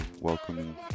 welcoming